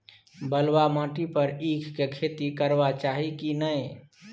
बलुआ माटी पर ईख के खेती करबा चाही की नय?